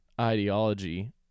ideology